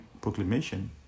proclamation